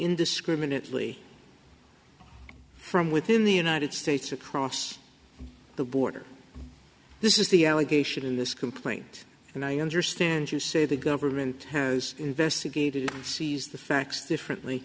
indiscriminately from within the united states across the border this is the allegation in this complaint and i understand you say the government has investigated sees the facts differently